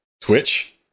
Twitch